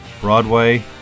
Broadway